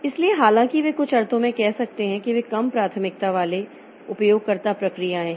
इसलिए हालांकि वे कुछ अर्थों में कह सकते हैं कि वे कम प्राथमिकता वाले उपयोगकर्ता प्रक्रियाएं हैं